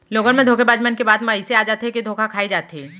लोगन मन धोखेबाज मन के बात म अइसे आ जाथे के धोखा खाई जाथे